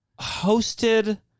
hosted –